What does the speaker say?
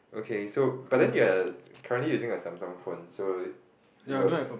okay so but then you are currently using a Samsung phone so you